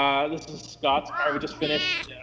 this is scott's car we just finished,